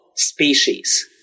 species